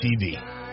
TV